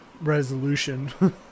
resolution